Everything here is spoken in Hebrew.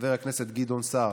חבר הכנסת גדעון סער,